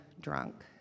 drunk